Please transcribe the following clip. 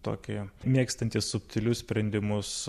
tokį mėgstantį subtilius sprendimus